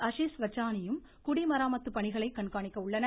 அசீஷ் வச்சானியும் குடிமராமத்து பணிகளை கண்காணிக்க உள்ளனர்